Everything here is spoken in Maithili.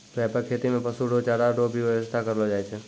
व्यापक खेती मे पशु रो चारा रो भी व्याबस्था करलो जाय छै